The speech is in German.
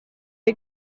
ihr